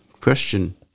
question